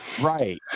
Right